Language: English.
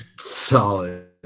solid